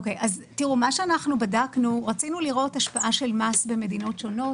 אנחנו רצינו לראות השפעה של מס במדינות שונות.